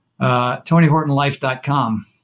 TonyHortonLife.com